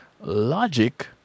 Logic